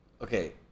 Okay